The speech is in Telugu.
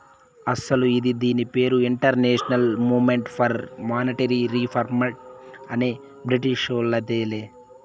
అస్సలు ఇది దీని పేరు international movement for monetary reform అనే బ్రిటీషోల్లదిలే